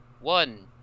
one